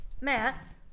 Matt